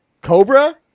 Cobra